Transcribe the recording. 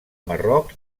marroc